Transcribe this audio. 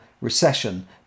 recession